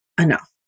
enough